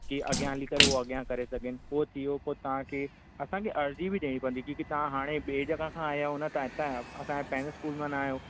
की अॻियां हली करे हो अॻियां करे सघनि पोइ थियो पोइ तव्हां खे असांखे अर्ज़ी बि ॾियणी पवंदी छो की तव्हां ॿिए जॻहि खां आया आहियो न तव्हां हितां असांजे पहिरें स्कूल मां न आहियो